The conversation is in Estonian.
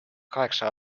kaheksa